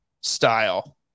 style